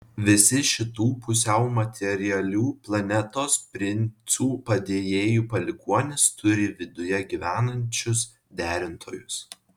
visi šitų pusiau materialių planetos princų padėjėjų palikuonys turi viduje gyvenančius derintojus